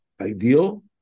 ideal